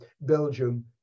Belgium